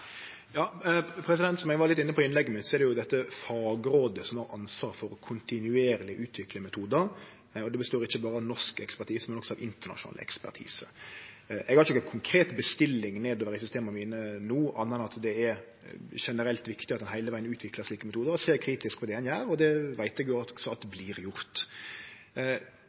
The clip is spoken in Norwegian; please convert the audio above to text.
Som eg var litt inne på i innlegget mitt, er det dette fagrådet som har ansvaret for kontinuerleg å utvikle metodar. Det består ikkje berre av norsk ekspertise, men også av internasjonal ekspertise. Eg har ikkje ei konkret bestilling nedover i systema mine no, anna enn at det er generelt viktig at ein heile vegen utviklar slike metodar og ser kritisk på det ein gjer. Det veit eg også vert gjort. Så vidt eg kjenner til, er det